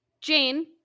Jane